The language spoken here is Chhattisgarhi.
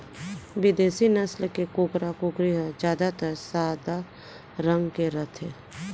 बिदेसी नसल के कुकरा, कुकरी ह जादातर सादा रंग के रथे